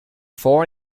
four